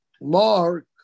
mark